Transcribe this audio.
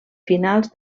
finals